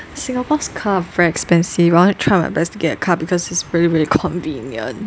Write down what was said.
Singapore's car are very expensive I want to try my best to get a car because it's very very convenient